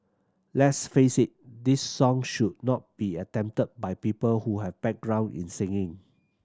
let's face it this song should not be attempted by people who have background in singing